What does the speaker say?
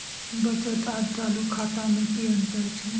बचत आर चालू खाता में कि अतंर छै?